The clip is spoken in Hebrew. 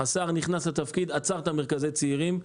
השר נכנס לתפקיד ועצר את מרכזי הצעירים.